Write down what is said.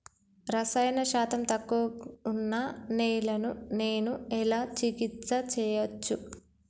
రసాయన శాతం తక్కువ ఉన్న నేలను నేను ఎలా చికిత్స చేయచ్చు?